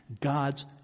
God's